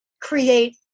create